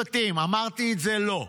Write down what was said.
אמרתי את זה לו,